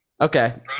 Okay